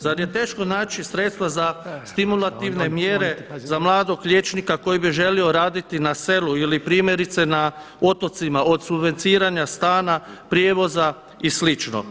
Zar je teško naći sredstva za stimulativne mjere za mladog liječnika koji bi želio raditi na selu ili primjerice na otocima od subvencioniranja stana, prijevoza i slično.